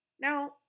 Now